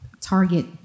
target